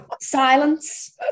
silence